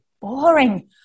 boring